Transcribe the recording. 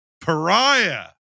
pariah